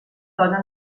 dona